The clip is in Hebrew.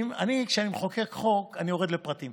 אני, כשאני מחוקק חוק, אני יורד לפרטים,